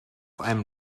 einem